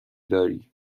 داری